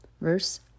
Verse